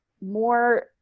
more